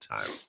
time